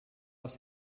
les